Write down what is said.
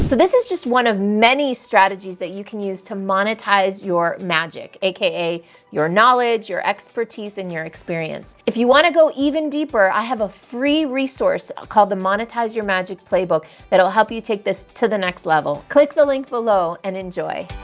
so this is just one of many strategies that you can use to monetize your magic, a k a your knowledge, your expertise and your experience. if you want to go even deeper, i have a free resource called the monetize your magic playbook that'll help you take this to the next level. click the link below and enjoy.